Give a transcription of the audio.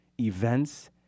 events